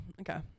Okay